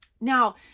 Now